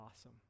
awesome